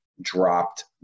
dropped